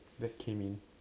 that came in